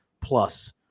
plus